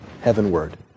heavenward